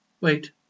Wait